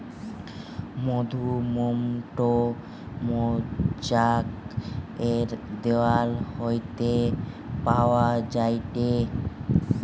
মধুমোম টো মৌচাক এর দেওয়াল হইতে পাওয়া যায়টে